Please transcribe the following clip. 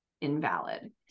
invalid